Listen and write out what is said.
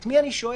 את מי אני שואל?